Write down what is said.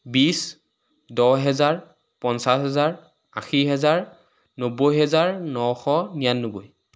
বিছ দহ হেজাৰ পঞ্চাছ হেজাৰ আশী হেজাৰ নব্বৈ হেজাৰ নশ নিৰান্নব্বৈ